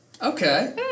Okay